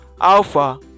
Alpha